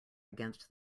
against